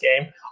game